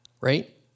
right